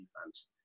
defense